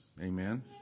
Amen